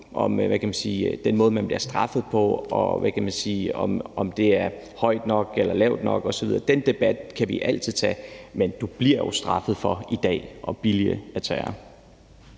om den måde, man bliver straffet på, er hårdt nok eller mildt nok osv. Den debat kan vi altid tage, men du bliver jo i dag straffet for at billige terror.